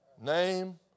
Name